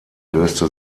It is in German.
löste